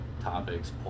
topics